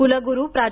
कुलगुरू प्रा